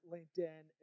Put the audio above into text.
LinkedIn